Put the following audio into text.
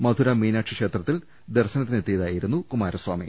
മധുര മീനാക്ഷി ക്ഷേത്രത്തിൽ ദർശനത്തിനെത്തിയതാ യിരുന്നു കുമാരസ്വാമി